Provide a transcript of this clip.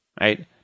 right